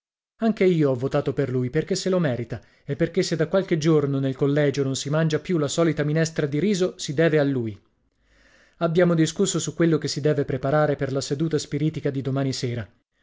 anche io ho votato per lui perché se lo merita e perché se da qualche giorno nel collegio non si mangia più la solita minestra di riso si deve a lui abbiamo discusso su quello che si deve preparare per la seduta spiritica di domani sera